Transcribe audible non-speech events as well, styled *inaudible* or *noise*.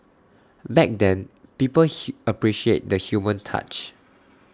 back then people *noise* appreciated the human touch